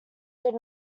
did